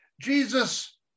Jesus